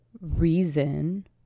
reason